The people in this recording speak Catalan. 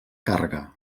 càrrega